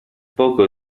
poco